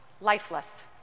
lifeless